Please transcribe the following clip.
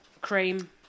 Cream